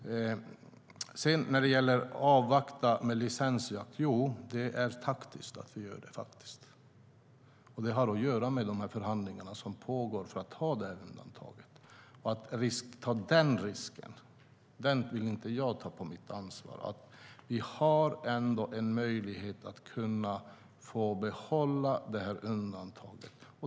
När det gäller frågan om att avvakta med licensjakt säger jag: Jo, det är taktiskt att vi gör det. Det har att göra med de förhandlingar som pågår om det här undantaget. Jag vill inte ha på mitt ansvar att ta den risken. Vi har ändå en möjlighet att få behålla undantaget.